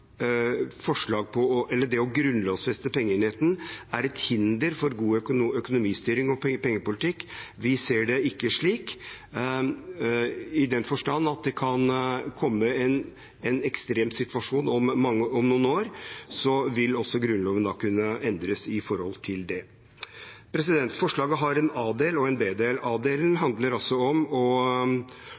det å grunnlovfeste pengeenheten er et hinder for god økonomistyring og pengepolitikk. Vi ser det ikke slik, i den forstand at det kan komme en ekstrem situasjon om noen år, og da vil Grunnloven kunne endres i forhold til det. Forslaget har en a-del og en b-del. A-delen handler altså om